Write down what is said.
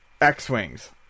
X-Wings